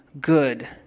good